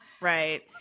Right